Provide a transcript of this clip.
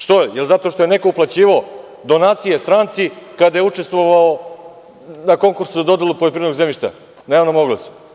Što, da li zato što je neko uplaćivao donacije stranci kada je učestvovao na konkursu za dodelu poljoprivrednog zemljišta na javnom oglasu?